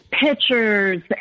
pictures